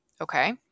okay